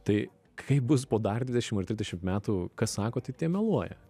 tai kaip bus po dar dvidešim ar trisdešim metų kas sako tai tie meluoja